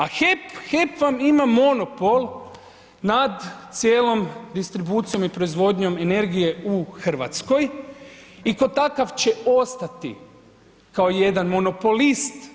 A HEP, HEP vam ima monopol nad cijelom distribucijom i proizvodnjom energije u Hrvatskoj i kao takav će ostati kao jedan monopolist.